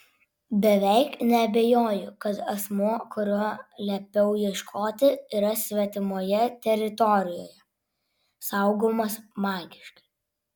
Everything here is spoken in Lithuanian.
beveik neabejoju kad asmuo kurio liepiau ieškoti yra svetimoje teritorijoje saugomas magiškai